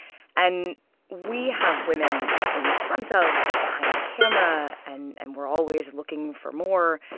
and we have women in front of, behind the camera, and and we're always looking for more.